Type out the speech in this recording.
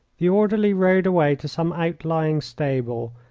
the orderly rode away to some outlying stable,